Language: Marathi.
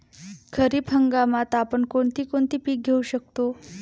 खरीप हंगामात आपण कोणती कोणती पीक घेऊ शकतो?